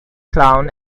clown